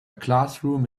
classroom